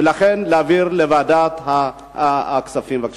לכן, להעביר לוועדת הכספים, בבקשה.